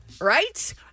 right